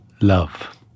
love